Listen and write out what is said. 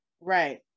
Right